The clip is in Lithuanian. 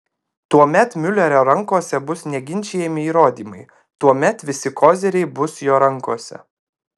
tuomet miulerio rankose bus neginčijami įrodymai tuomet visi koziriai bus jo rankose